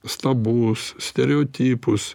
stabus stereotipus